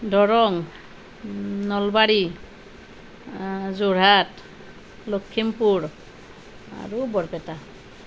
দৰং নলবাৰী যোৰহাট লখিমপুৰ আৰু বৰপেটা